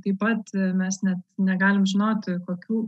taip pat mes ne negalim žinoti kokių